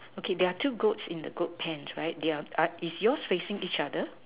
okay there are two goats in the goat pants right is yours facing each other